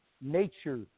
nature